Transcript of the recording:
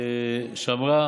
שעברה